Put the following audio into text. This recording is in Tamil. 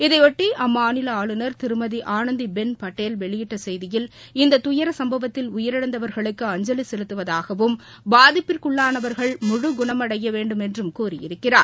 இதைபொட்டி அம்மாநில ஆளுநர் திருமதி ஆனந்தி பெள் பட்டேல் வெளியிட்ட செய்தியில் இந்த துபர சுப்பவத்தில் உயிரிழந்தவர்களுக்கு அஞ்சலி செலுத்துவதாகவும் பாதிப்பிற்குள்ளானவர்கள் முழு குணமடைய வேண்டுமென்று கூறியிருக்கிறார்